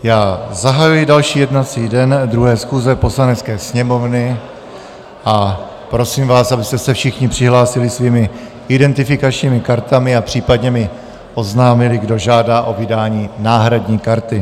Zahajuji další jednací den 2. schůze Poslanecké sněmovny a prosím vás, abyste se všichni přihlásili svými identifikačními kartami a případně mi oznámili, kdo žádá o vydání náhradní karty.